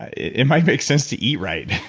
ah it might make sense to eat right,